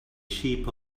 sheep